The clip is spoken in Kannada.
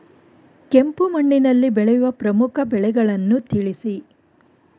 ಕೆಂಪು ಮಣ್ಣಿನಲ್ಲಿ ಬೆಳೆಯುವ ಪ್ರಮುಖ ಬೆಳೆಗಳನ್ನು ತಿಳಿಸಿ?